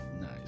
Nice